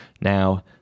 Now